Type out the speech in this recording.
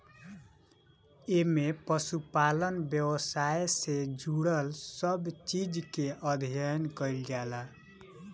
एमे पशुपालन व्यवसाय से जुड़ल सब चीज के अध्ययन कईल जाला